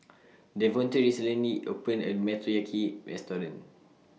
Davonte recently opened A New Motoyaki Restaurant